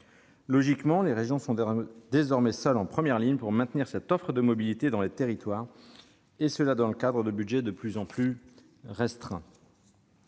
Logiquement, les régions sont désormais seules en première ligne pour maintenir cette offre de mobilité dans les territoires, et ce dans le cadre de budgets de plus en plus restreints.